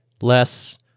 less